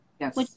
Yes